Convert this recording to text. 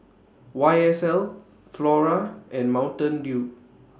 Y S L Flora and Mountain Dew